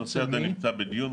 הנושא הזה נמצא בדיון,